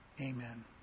Amen